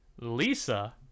lisa